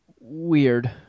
weird